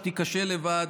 שתיכשל לבד,